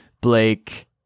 Blake